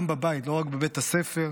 גם בבית, לא רק בבית הספר,